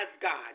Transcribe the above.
God